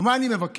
מה אני מבקש?